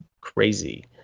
Crazy